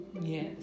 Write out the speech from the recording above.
Yes